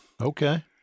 Okay